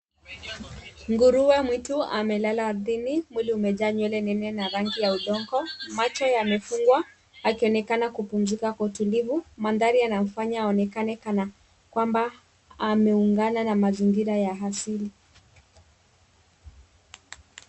Nguruwe mwitu amelala ardhini, mwili umejaa nywele nene na rangi ya odongo, macho yamefungwa, akionekana kupumzika kwa utulivu. Mandhari yanamfanya aonekane kana kwamba ameungana na mazingira ya asili.